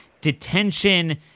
detention